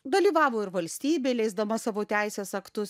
dalyvavo ir valstybė leisdama savo teisės aktus